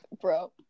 Bro